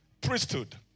priesthood